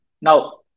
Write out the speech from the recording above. Now